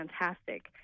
fantastic